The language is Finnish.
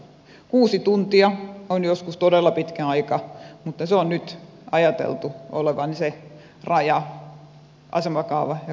kuusi tuntia on joskus todella pitkä aika mutta sen on nyt ajateltu olevan se raja asemakaava ja kaupunkiseutualueella